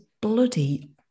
bloody